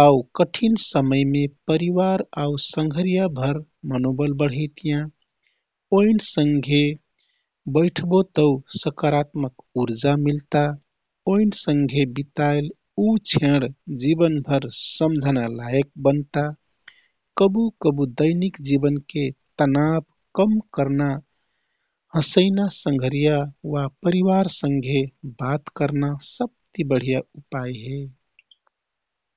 आउ कठिन समयमे परिवार आउ सँघरियाभर मनोबल बढैतियाँ। ओइनसँघे बैठबो तौ सकारात्मक उर्जा मिल्ता। ओइन सँघे बिताइल उ क्षण जीवनभर सम्झना लायक बनता। कबु कबु दैनिक जीवनके तनाव कम कर्ना, हसैना सँघरिया वा परिवारसँघे बात कर्ना सबती बढीया उपाय हे।